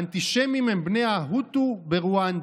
האנטישמים הם בני, ההוטו ברואנדה".